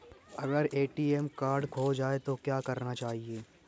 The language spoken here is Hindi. अगर ए.टी.एम कार्ड खो जाए तो क्या करना चाहिए?